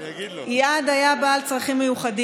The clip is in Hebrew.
איאד היה בעל צרכים מיוחד,